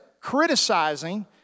criticizing